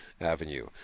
Avenue